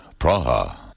Praha